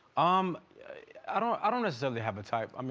um i don't i don't necessarily have a type. i mean,